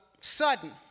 sudden